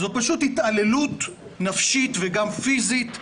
זאת פשוט התעללות נפשית ופיזית באנשים,